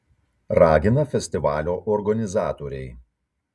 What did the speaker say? ragina festivalio organizatoriai